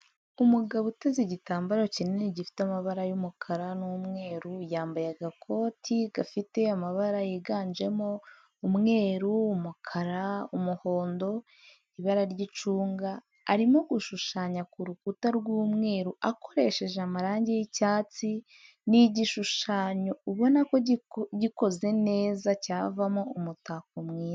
Umugabo uteze igitambaro kinini gifite amabara y'umukara n'umweru, yamabaye agakoti gafite amabara yiganjemo umweru, umukara, umuhondo, ibara ry'icunga, arimo gushushanya ku rukuta rw'umweru akoresheje amarangi y'icyatsi, ni igishushanyo ubona ko gikoze neza cyavamo umutako mwiza.